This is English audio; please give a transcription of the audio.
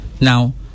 Now